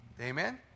Amen